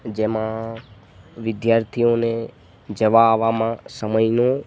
જેમાં વિદ્યાર્થીઓને જવા આવવામાં સમયનું